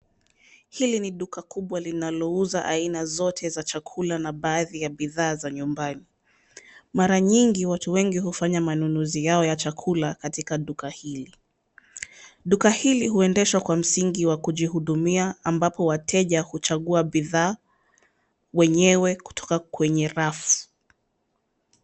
Hili ni duka kubwa lenye linauza aina zote za chakula na baadhi ya bidhaa za nyumbani. Mara nyingi watu wengi hufanya manunuzi yao ya chakula katika duka hili. Duka hili huendeshwa kwa msingi wa kujihudumia ambapo wateja huchagua bidhaa weyewe kutoka kweye rafu.